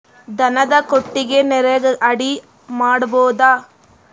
ದನದ ಕೊಟ್ಟಿಗಿ ನರೆಗಾ ಅಡಿ ಮಾಡಬಹುದಾ?